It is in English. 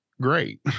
great